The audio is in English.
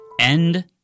End